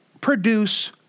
produce